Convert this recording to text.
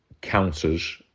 counters